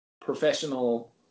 professional